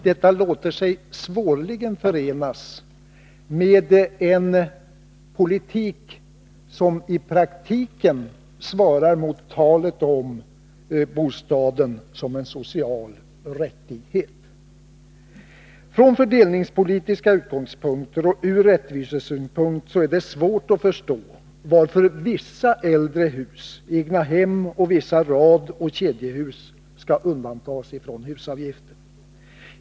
Detta låter sig svårligen förenas med en politik som i praktiken svarar mot talet om bostaden som en social rättighet. Från fördelningspolitiska utgångspunkter och från rättvisesynpunkt är det svårt att förstå varför vissa äldre hus — egnahem och vissa radoch kedjehus — skall undantas från husavgift.